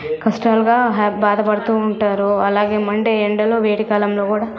కష్టంగా బాధపడుతూ ఉంటారు అలాగే మండే ఎండలో వేడి కాలంలో కూడా